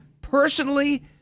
personally